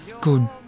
good